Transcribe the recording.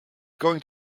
going